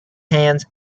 hands